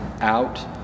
out